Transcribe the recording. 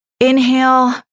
Inhale